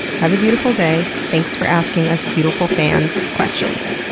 have a beautiful day. thanks for asking us beautiful fans questions.